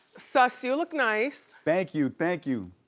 suss, you look nice. thank you, thank you.